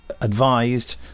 advised